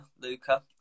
Luca